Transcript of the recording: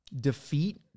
defeat